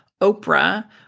Oprah